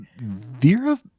Vera